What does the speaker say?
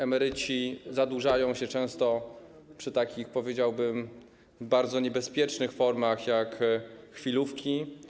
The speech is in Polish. Emeryci zadłużają się często przy takich, powiedziałbym, bardzo niebezpiecznych formach jak chwilówki.